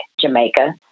Jamaica